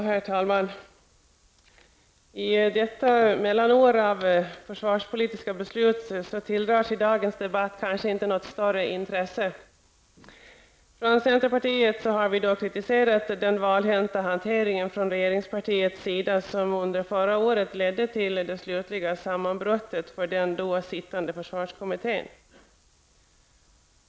Herr talman! I detta mellanår av försvarspolitiska beslut tilldrar sig dagens debatt kanske inte något större intresse. Vi i centerpartiet har kritiserat regeringens valhänta hantering, som förra året ledde till det slutliga sammanbrottet för den då sittande försvarskommittén.